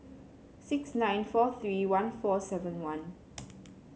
six nine four three one four seven one